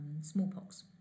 smallpox